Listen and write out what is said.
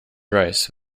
rice